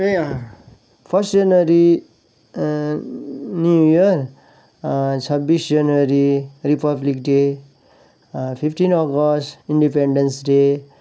ए first January new year छब्बिस January republic day fifteen August independence day